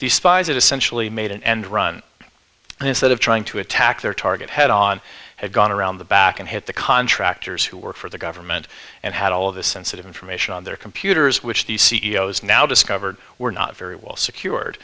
it essentially made an end run and instead of trying to attack their target head on had gone around the back and hit the contractors who work for the government and had all of this sensitive information on their computers which the c e o s now discovered were not very well secured